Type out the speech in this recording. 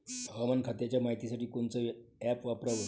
हवामान खात्याच्या मायतीसाठी कोनचं ॲप वापराव?